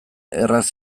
erraz